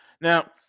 Now